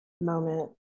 moment